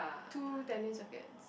two tennis rackets